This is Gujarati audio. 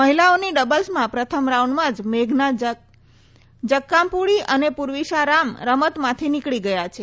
મહિલાઓની ડબલ્સમાં પ્રથમ રાઉન્ડમાં જ મેઘના જક્કામપુડી અને પૂર્વીશા રામ રમતમાંથી નીકળી ગયા છે